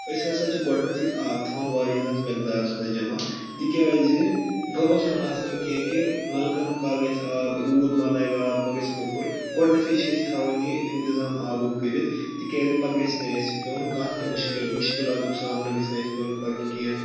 أسۍ ہَسا چھِ گۄڈٕنیٚتھٕے آب تھاوان واریاہَس مؠقدارَس منٛز جَمع تِکیازِ بَرٛوسہٕ چھُنہٕ آسان کینٛہہ کہِ نَلکَن کَر گژھِ آب روٗد مَا لاگہِ آب ما گژھِ موٚکُر گۄڈنیٚتھٕے چھِ أسۍ تھاوان یہِ اِنتِظام آبُک کٔرِتھ تِکیازِ پَتہٕ گژھِ نہٕ اَسہِ پیٚوٚن کانٛہہ تہِ مُشکِل مُشکِلاتُک سامنہٕ گژھِ نہٕ اَسہِ پیٚوٚن کَرُن کینٛہہ